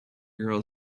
girl